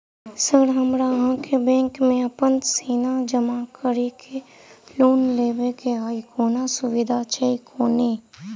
Sir हमरा अहाँक bank मे अप्पन सोना जमा करि केँ लोन लेबाक अई कोनो सुविधा छैय कोनो?